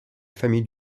famille